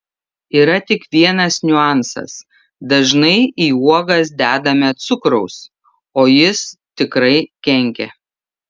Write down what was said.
yra tik vienas niuansas dažnai į uogas dedame cukraus o jis tikrai kenkia